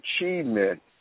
achievement